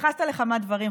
התייחסת לכמה דברים,